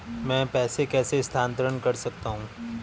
मैं पैसे कैसे स्थानांतरण कर सकता हूँ?